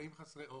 שנקראים חסרי עורף.